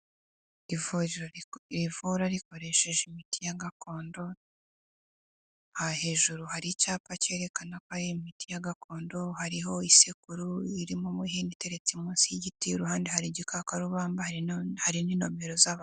Ivuriro rivura rikoresheje imiti ya gakondo, aha hejuru hari icyapa cyerekana ko imiti ya gakondo, hariho isekuru irimo umuhini iteretse munsi y'igiti. Iruhande hari igikakarubamba, hari n'inomero z'abantu.